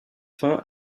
fin